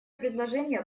предложение